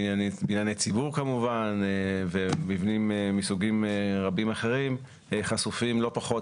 בנייני ציבור כמובן ומבנים מסוגים רבים אחרים חשופים לא פחות